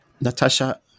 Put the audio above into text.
Natasha